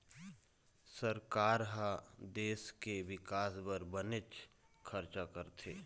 सरकार ह देश के बिकास बर बनेच खरचा करथे